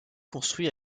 construit